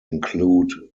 include